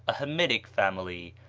a hamitic family,